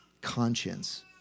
conscience